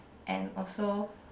and also